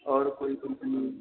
और कोई कंपनी